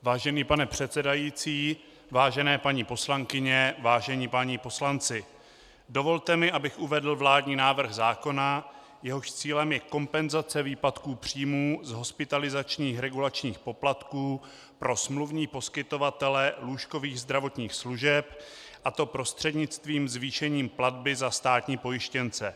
Vážený pane předsedající, vážené paní poslankyně, vážení páni poslanci, dovolte mi, abych uvedl vládní návrh zákona, jehož cílem je kompenzace výpadků příjmů z hospitalizačních regulačních poplatků pro smluvní poskytovatele lůžkových zdravotních služeb, a to prostřednictvím zvýšení platby za státní pojištěnce.